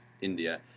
India